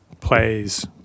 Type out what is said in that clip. plays